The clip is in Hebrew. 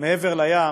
מעבר לים,